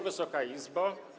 Wysoka Izbo!